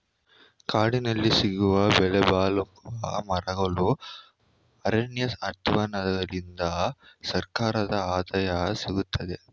ಕಾಡಿನಲ್ಲಿ ಸಿಗುವ ಬೆಲೆಬಾಳುವ ಮರಗಳು, ಅರಣ್ಯ ಉತ್ಪನ್ನಗಳಿಂದ ಸರ್ಕಾರದ ಆದಾಯ ಸಿಗುತ್ತದೆ